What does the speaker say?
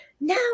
now